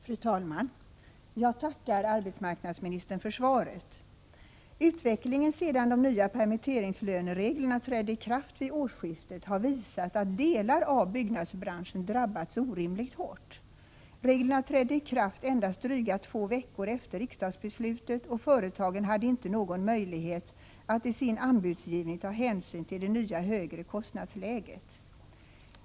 Fru talman! Jag tackar arbetsmarknadsministern för svaret. Utvecklingen sedan de nya permitteringslönereglerna trädde i kraft vid årsskiftet har visat att delar av byggnadsbranschen drabbats orimligt hårt. Reglerna trädde i kraft endast dryga två veckor efter riksdagsbeslutet, och företagen hade inte någon möjlighet att i sin anbudsgivning ta hänsyn till det nya högre kostnadsläget.